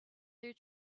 their